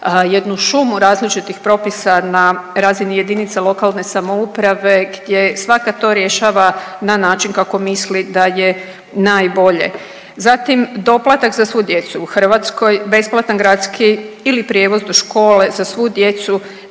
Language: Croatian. jednu šumu različitih propisa na razini jedinica lokalne samouprave gdje svaka to rješava na način kako misli da je najbolje. Zatim doplatak za svu djecu u Hrvatskoj, besplatan gradski ili prijevoz do škole za svu djecu